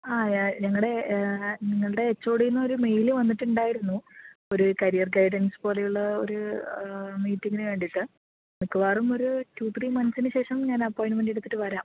ആ ഞങ്ങളുടെ നിങ്ങളുടെ എച്ച് ഒ ഡിയിൽ നിന്ന് ഒരു മെയില് വന്നിട്ടുണ്ടായിരുന്നു ഒരു കരിയർ ഗൈഡൻസ് പോലെയുള്ള ഒരു മീറ്റിംഗിനു വേണ്ടിയിട്ട് മിക്കവാറും ഒരു ടു ത്രീ മന്ത്സിനു ശേഷം ഞാൻ അപ്പോയിൻമെൻ്റ് എടുത്തിട്ട് വരാം